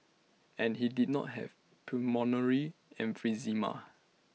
and he did not have pulmonary emphysema